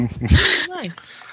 Nice